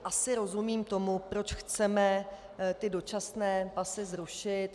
Asi rozumím tomu, proč chceme ty dočasné pasy zrušit.